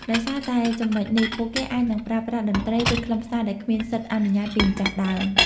ដោយសារតែចំណុចនេះ ពួកគេអាចនឹងប្រើប្រាស់តន្ត្រី ឬខ្លឹមសារដែលគ្មានសិទ្ធិអនុញ្ញាតពីម្ចាស់ដើម។